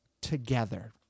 together